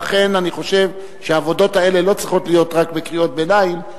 ואכן אני חושב שהעבודות האלה לא צריכות להיות רק בקריאות ביניים,